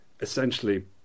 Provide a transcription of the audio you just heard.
essentially